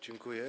Dziękuję.